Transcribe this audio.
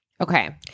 Okay